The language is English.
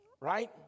right